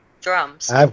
drums